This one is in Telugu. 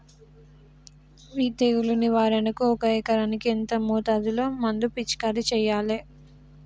ఈ తెగులు నివారణకు ఒక ఎకరానికి ఎంత మోతాదులో మందు పిచికారీ చెయ్యాలే?